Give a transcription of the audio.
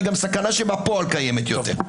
היא גם סכנה שבפועל קיימת יותר.